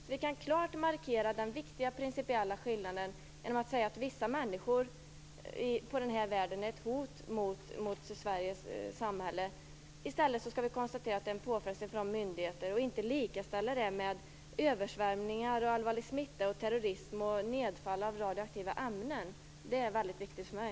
Då kan vi klart markera den viktiga principiella skillnaden i stället för att säga att vissa människor i världen utgör ett hot mot Sveriges samhälle. Det är fråga om en påfrestning på myndigheter och inte likställa detta med översvämningar, allvarlig smitta, terrorism och nedfall av radioaktiva ämnen. Det är viktigt för mig.